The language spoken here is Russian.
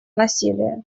насилие